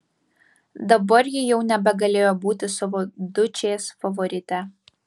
dabar ji jau nebegalėjo būti savo dučės favorite